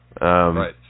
Right